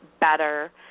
better